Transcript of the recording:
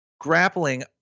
grappling